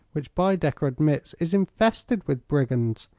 which baedecker admits is infested with brigands.